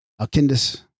Alkindus